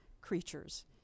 creatures